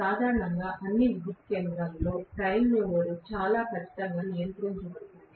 సాధారణంగా అన్ని విద్యుత్ కేంద్రాలలో ప్రైమ్ మువర్ చాలా ఖచ్చితంగా నియంత్రించబడుతుంది